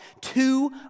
two